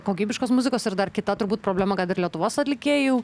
kokybiškos muzikos ir dar kita turbūt problema kad ir lietuvos atlikėjų